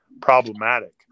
problematic